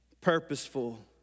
purposeful